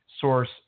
source